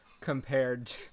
compared